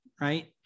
right